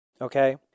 Okay